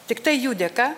tiktai jų dėka